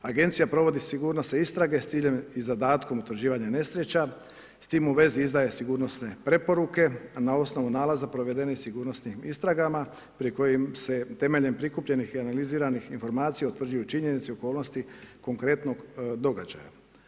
Agencija provodi sigurnosti istrage s ciljem i zadatkom utvrđivanja nesreća s tim u vezi izdaje sigurnosne preporuke, a na osnovu nalaza provedene sigurnosnim istragama pri kojim se temeljem prikupljenih i analiziranih informacija utvrđuju činjenice i okolnosti konkretnog događaja.